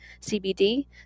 CBD